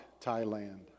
Thailand